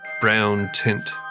brown-tint